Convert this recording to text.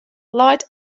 leit